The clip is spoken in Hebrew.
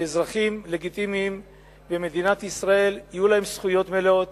שאזרחים לגיטימיים במדינת ישראל יהיו להם זכויות מלאות,